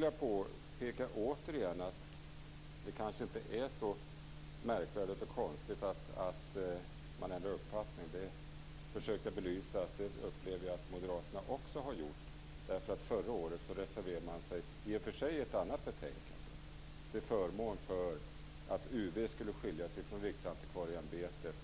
Jag vill återigen påpeka att det kanske inte är så märkvärdigt och konstigt att man ändrar uppfattning. Jag försökte säga att jag upplever att moderaterna också har gjort det. Förra året reserverade man sig, i och för sig i ett annat betänkande, till förmån för att UV skulle skiljas från Riksantikvarieämbetet.